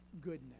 goodness